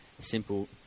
simple